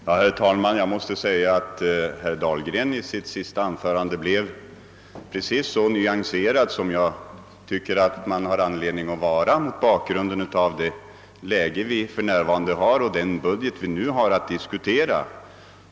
Herr talman! Herr Dahlgren blev i sitt senaste anförande precis så nyanserad som jag tycker att man har anledning att vara mot bakgrunden av det läge vi för närvarande har och den budget vi har att diskutera.